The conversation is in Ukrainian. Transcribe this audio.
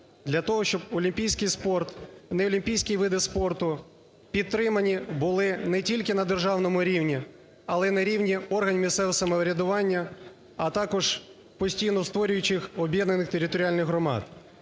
для того, щоб олімпійський спорт і неолімпійські види спорту підтримані були не тільки на державному рівні, але й на рівні органів місцевого самоврядування, а також постійно створюючих об'єднаних територіальних громад.